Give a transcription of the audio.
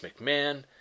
McMahon